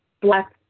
black